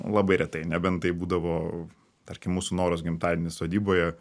labai retai nebent tai būdavo tarkim mūsų noras gimtadienis sodyboje